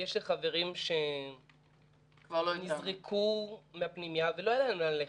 אבל יש לי חברים שנזרקו מן הפנימייה ולא היה להם לאן ללכת.